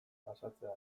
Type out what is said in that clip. pasatzea